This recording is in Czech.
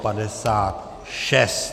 56.